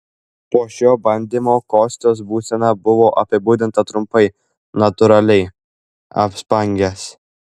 po šio bandymo kostios būsena buvo apibūdinta trumpai natūraliai apspangęs